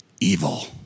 evil